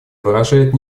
выражает